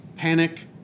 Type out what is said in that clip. Panic